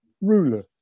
ruler